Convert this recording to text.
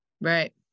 Right